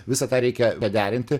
visą tą reikia va derinti